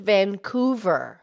Vancouver